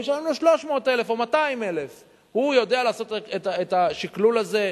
הוא ישלם לנו 300,000 או 200,000. הוא יודע לעשות את השקלול הזה.